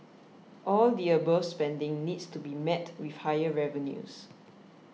all the above spending needs to be met with higher revenues